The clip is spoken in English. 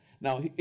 Now